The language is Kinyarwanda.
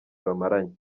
bamaranye